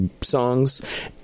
songs